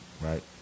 right